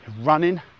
running